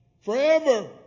Forever